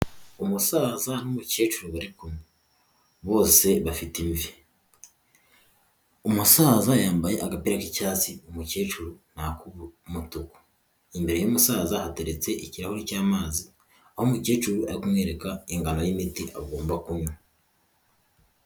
Umusaza n'umukecuru bari kumwe ,bose bafite ivi, umusaza yambaye agapira k'icyatsi umukecuru ku umutuku ,imbere y'umusaza hateretse ikirahuri cy'amazi wa mukecuru ari kumwereka ingano y'imiti agomba kunwa.